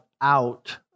out